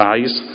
Eyes